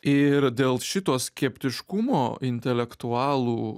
ir dėl šito skeptiškumo intelektualų